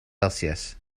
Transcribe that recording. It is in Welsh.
celsius